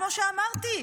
כמו שאמרתי,